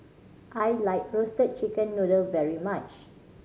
I like Roasted Chicken Noodle very much